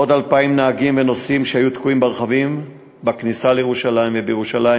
עוד 2,000 נהגים ונוסעים שהיו תקועים ברכבים בכניסה לירושלים ובירושלים,